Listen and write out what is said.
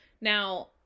Now